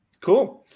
cool